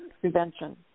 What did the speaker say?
prevention